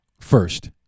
first